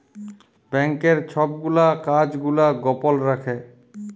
ব্যাংকের ছব গুলা কাজ গুলা গপল রাখ্যে